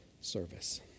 service